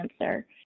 cancer